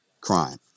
crime